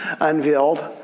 unveiled